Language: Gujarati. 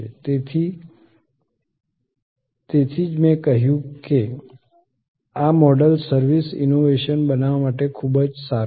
તેથી તેથી જ મેં કહ્યું કે આ મોડલ સર્વિસ ઈનોવેશન બનાવવા માટે ખૂબ જ સારું છે